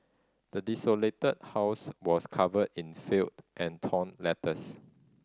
the desolated house was covered in filth and torn letters